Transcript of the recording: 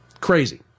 Crazy